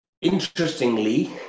interestingly